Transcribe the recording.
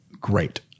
great